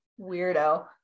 weirdo